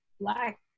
Black